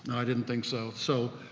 i didn't think so. so,